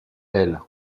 aile